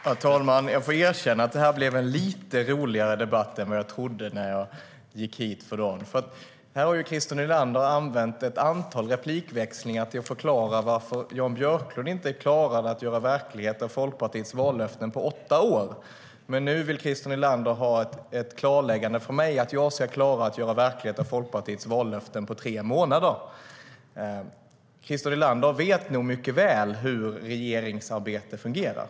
STYLEREF Kantrubrik \* MERGEFORMAT Utbildning och universitetsforskningChrister Nylander vet nog mycket väl hur regeringsarbete fungerar.